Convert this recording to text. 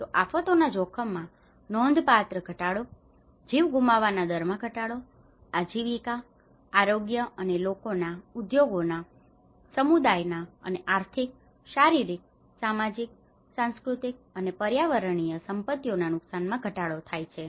તો આફતોના જોખમમાં નોંધપાત્ર ઘટાડો જીવ ગુમાવવાના દરમાં ઘટાડો આજીવિકા આરોગ્ય અને લોકોના ઉદ્યોગોના સમુદાયોના અને આર્થિક શારીરિક સામાજિક સાંસ્કૃતિક અને પર્યાવરણીય સંપત્તિઓના નુકસાનમાં ઘટાડો થાય છે